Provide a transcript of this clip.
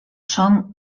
són